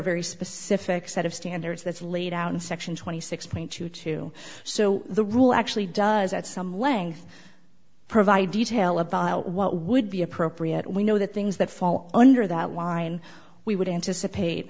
very specific set of standards that's laid out in section twenty six point two two so the rule actually does at some length provide detail about what would be appropriate we know that things that fall under that line we would anticipate